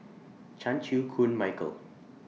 Chan Chew Koon Michael